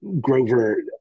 Grover